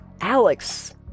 Alex